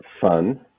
Fun